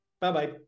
Bye-bye